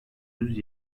yüz